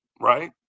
right